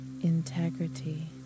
integrity